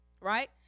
right